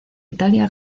italia